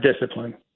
discipline